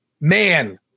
man